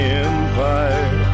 empire